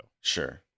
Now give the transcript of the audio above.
Sure